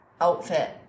outfit